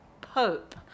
pope